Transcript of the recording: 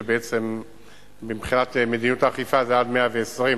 כשבעצם מבחינת מדיניות האכיפה זה עד 120,